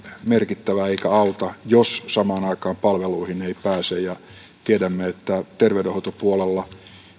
merkittävä eikä auta jos samaan aikaan palveluihin ei pääse ja tiedämme että terveydenhoitopuolella